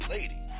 Lady